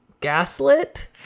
gaslit